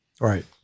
Right